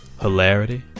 hilarity